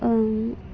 ओं